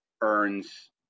earns